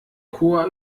chor